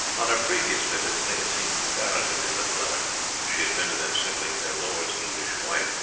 on her previous visits they had seen comparatively little of her she had been to them simply their lord's english wife,